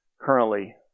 currently